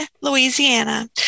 Louisiana